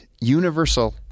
universal